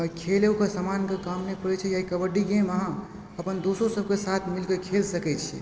खेलके सामानके काम नहि पड़ै छै कबड्डी गेममे अहाँ अपन दोस्तो सभकेँ साथ मिल कए खेल सकै छी